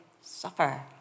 suffer